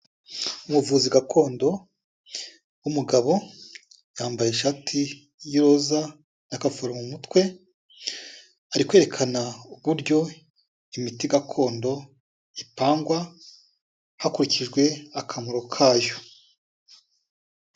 Umuvuzi gakondo w'umugabo yambaye ishati y'iroza n'akagofero mu mutwe, ari kwerekana uburyo imiti gakondo itangwa hakurikijwe akamaro kayo.